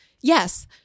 yes